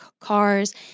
cars